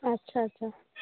ଆଚ୍ଛା ଆଚ୍ଛା